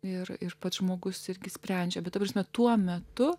ir ir pats žmogus irgi sprendžia bet ta prasme tuo metu